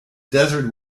desert